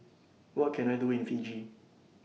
What Can I Do in Fiji